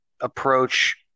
approach